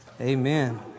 Amen